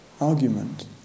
argument